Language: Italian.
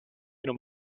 non